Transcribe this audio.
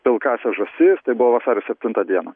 pilkąsias žąsis tai buvo vasario septintą dieną